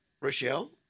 Rochelle